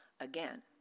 again